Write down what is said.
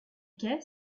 qu’est